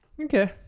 Okay